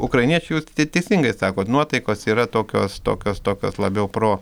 ukrainiečių jūs teisingai sakot nuotaikos yra tokios tokios tokios labiau pro